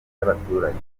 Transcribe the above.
y’abaturage